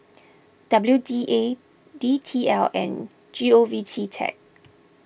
W D A D T L and G O V Tech